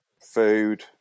food